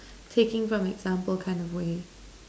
taking from example kind of way